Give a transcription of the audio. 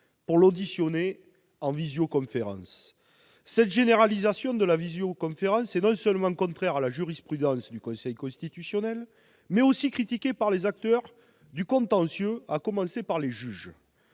pour l'auditionner en visioconférence. Cette généralisation de la visioconférence est non seulement contraire à la jurisprudence du Conseil constitutionnel, mais aussi critiquée par les acteurs du contentieux, à commencer par les juges.